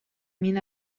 min